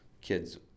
kids